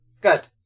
Good